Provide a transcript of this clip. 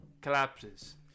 collapses